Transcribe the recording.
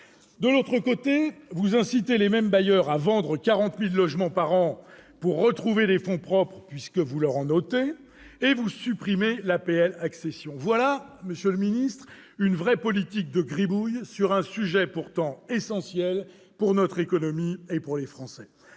De l'autre côté, vous incitez ces mêmes bailleurs à vendre 40 000 logements par an pour retrouver des fonds propres, puisque vous leur en retirez, et vous supprimez l'APL accession. Voilà une vraie politique de gribouille sur un sujet pourtant essentiel pour notre économie et pour les Français